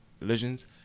religions